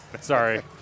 Sorry